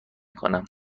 کنم